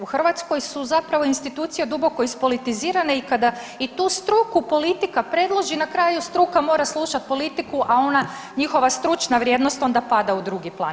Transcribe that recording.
U Hrvatskoj su zapravo institucije duboko ispolitizirane i kada i tu struku politika predloži, na kraju struka mora slušati politiku, a ona njihova stručna vrijednost onda pada u drugi plan.